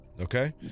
Okay